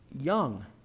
young